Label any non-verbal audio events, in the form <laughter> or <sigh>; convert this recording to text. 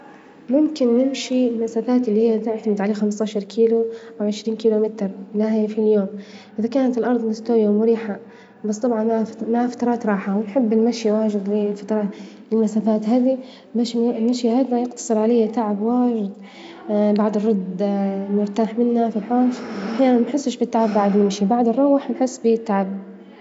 ممكن نمشي المسافات إللي هي تعتمد على خمس تاشر كيلو أوعشرين كيلومتر لاهي في اليوم، إذا كانت الأرظ مستوية ومريحة، بس طبعا مع فترات راحة، ونحب المشي واجد بفترات- المسافات هذي، المشي هذا يقتصر عليه تعب <hesitation> واااجد، بعد نرد <hesitation> نرتاح منه وبعد نروح <hesitation> نحس بالتعب. <noise>